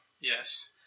Yes